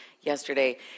yesterday